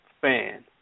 fan